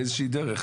באיזו שהיא דרך,